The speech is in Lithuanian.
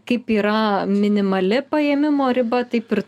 kaip yra minimali paėmimo riba taip ir